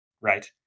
right